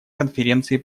конференции